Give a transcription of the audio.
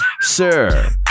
sir